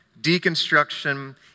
deconstruction